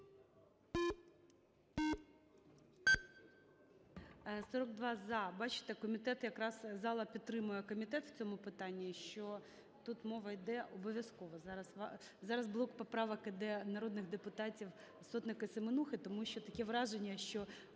За-42 Бачите, комітет… якраз зала підтримує комітет в цьому питанні, що тут мова йде… Обов'язково… Зараз блок поправок йде народних депутатів Сотник і Семенухи. Тому що таке враження, що